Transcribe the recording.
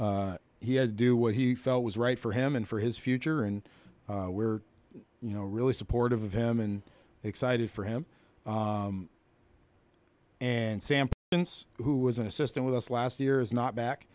he had to do what he felt was right for him and for his future and we're you know really supportive of him and excited for him and sam ince who was an assistant with us last year is not